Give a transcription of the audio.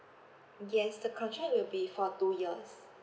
yes the contract will be for two years